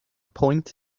point